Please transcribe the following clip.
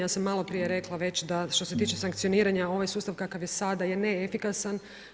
Ja sam malo prije rekla već da što se tiče sankcioniranja ovaj sustav kakav je sada je neefikasan.